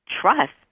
Trust